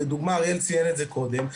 אריאל ציין את זה קודם,